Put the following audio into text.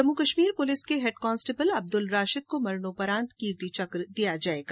Jammu Kashmir police के head constable Abdul Rashid को मरणोपरांत कीर्ति चक्र दिया जायेगा